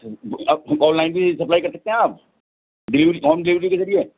اچھا آپ online بھی سپلائی کر سکتے ہیں آپ ڈلیوری ہوم ڈلیوری کے ذریعے